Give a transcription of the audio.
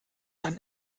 dann